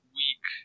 week